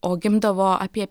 o gimdavo apie